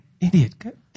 idiot